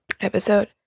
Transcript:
episode